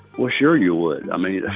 well, sure you would. i mean,